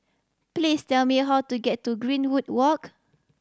please tell me how to get to Greenwood Walk